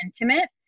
intimate